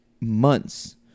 months